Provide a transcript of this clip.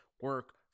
Work